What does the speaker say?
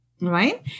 right